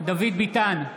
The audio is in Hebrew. דוד ביטן,